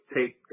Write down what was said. take